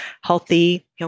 healthy